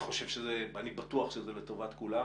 אני בטוח שזה לטובת כולם.